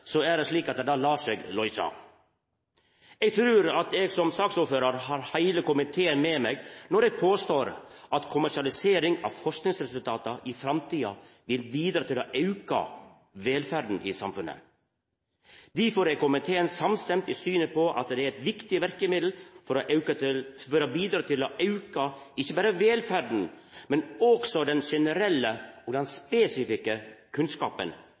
er det slik at det lèt seg løysa. Eg trur at eg som saksordførar har heile komiteen med meg når eg påstår at kommersialisering av forskingsresultata i framtida vil bidra til å auka velferda i samfunnet. Difor er komiteen samstemt i synet på at dette er eit viktig verkemiddel for å bidra til å auka ikkje berre velferda, men også den generelle og spesifikke kunnskapen,